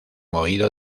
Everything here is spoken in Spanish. oído